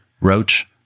Roach